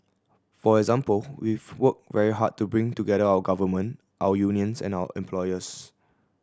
for example we've worked very hard to bring together our government our unions and our employers